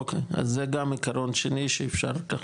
אוקי, אז זה גם עיקרון שני שאפשר ככה.